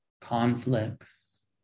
conflicts